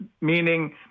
meaning